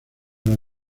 las